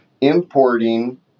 importing